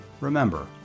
remember